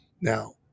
Now